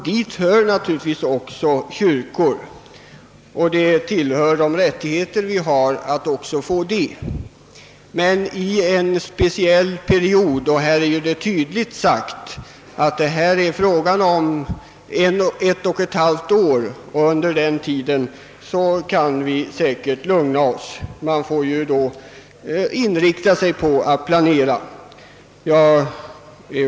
Dit hör naturligtvis även kyrkorna; det ingår i våra rättigheter att ha tillgång till kyrkolokaler. Men under en speciell period — och det är klart angivet att det gäller en tidrymd på ett och ett halvt år — kan vi få lov att lugna ned oss och främst inrikta ansträngningarna på planering.